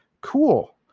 Cool